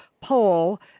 poll